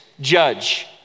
judge